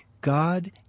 God